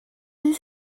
this